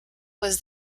was